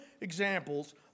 examples